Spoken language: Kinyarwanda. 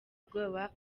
ubwoba